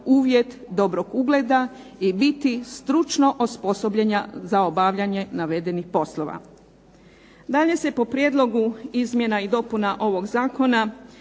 uvjet dobrog ugleda i biti stručno osposobljena za obavljanje navedenih poslova. Dalje se po prijedlogu izmjena i dopuna ovoga zakona,